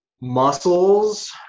muscles